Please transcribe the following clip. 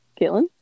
Caitlin